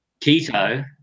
keto